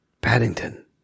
paddington